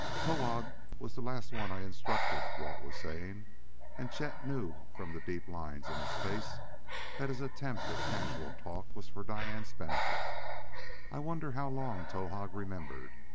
towahg was the last one i instructed, walt was saying and chet knew from the deep lines in his face that his attempt at casual talk was for diane's benefit i wonder how long towahg remembered.